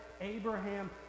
Abraham